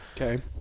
Okay